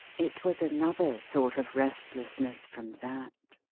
it was another sort of restlessness from that.